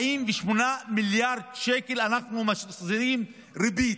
48 מיליארד שקל אנחנו מחזירים ריבית.